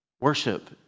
Worship